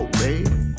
baby